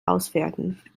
auswerten